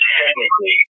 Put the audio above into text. technically